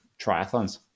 triathlons